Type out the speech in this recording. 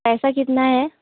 पैसा कितना है